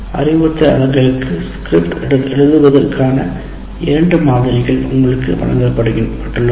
அறிவுறுத்தல் அலகுகளுக்கு ஸ்கிரிப்ட் எழுதுவதற்கான இரண்டு மாதிரிகள் உங்களுக்கு வழங்கப்பட்டுள்ளன